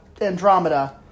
Andromeda